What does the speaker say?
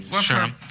Sure